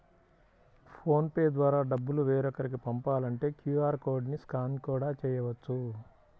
phone pay ద్వారా డబ్బులు వేరొకరికి పంపాలంటే క్యూ.ఆర్ కోడ్ ని స్కాన్ కూడా చేయవచ్చు